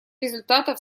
результатов